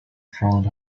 front